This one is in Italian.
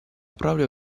proprio